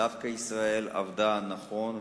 דווקא ישראל עבדה נכון,